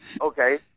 Okay